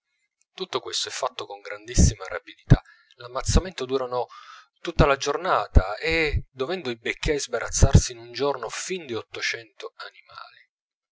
tutto questo è fatto con grandissima rapidità l'ammazzamento durando tutta la giornata e dovendo i beccai sbarazzarsi in un giorno fin di ottocento animali